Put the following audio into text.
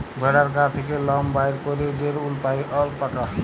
ভেড়ার গা থ্যাকে লম বাইর ক্যইরে যে উল পাই অল্পাকা